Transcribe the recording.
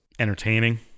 entertaining